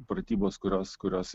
pratybos kurios kurios